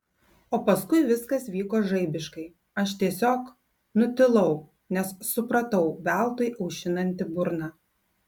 o paskui viskas vyko žaibiškai aš tiesiog nutilau nes supratau veltui aušinanti burną